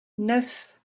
neuf